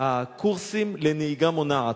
הקורסים לנהיגה מונעת.